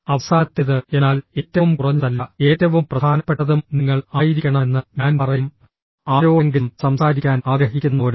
അവസാനത്തേത് എന്നാൽ ഏറ്റവും കുറഞ്ഞതല്ല ഏറ്റവും പ്രധാനപ്പെട്ടതും നിങ്ങൾ ആയിരിക്കണമെന്ന് ഞാൻ പറയും ആരോടെങ്കിലും സംസാരിക്കാൻ ആഗ്രഹിക്കുന്ന ഒരാൾ